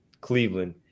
Cleveland